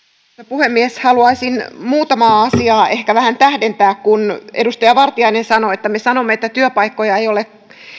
puhemies haluaisin muutamaa asiaa ehkä vähän tähdentää kun edustaja vartiainen sanoi että me sanomme että työpaikkoja ei ole